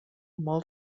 molt